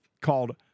called